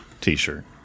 t-shirt